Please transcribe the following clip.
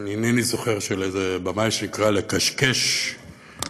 אינני זוכר של איזה במאי, שנקרא "לכשכש בכלב".